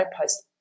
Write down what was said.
post